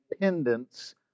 pendants